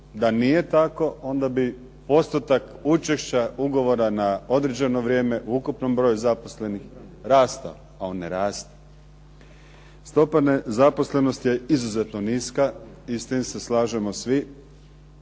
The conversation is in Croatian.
Da nije tako, onda bi postotak učešća ugovora na određeno vrijeme u ukupnom broju zaposlenih rastao, a on ne raste. Stopa nezaposlenosti je izuzetno niska i s time se slažemo svi.